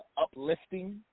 uplifting